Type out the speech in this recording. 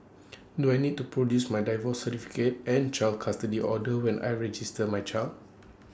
do I need to produce my divorce certificate and child custody order when I register my child